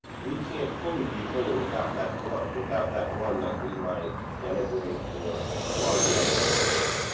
we can't fully be whole without that one, without that one that we might denigrate or marginalize,